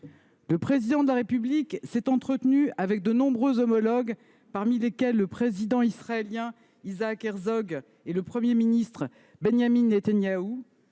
Le Président de la République s’est entretenu avec de nombreux homologues, parmi lesquels le président israélien Isaac Herzog, son Premier ministre Benyamin Netanyahou,